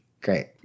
great